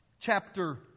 chapter